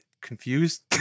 confused